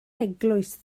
eglwys